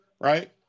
right